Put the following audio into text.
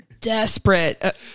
desperate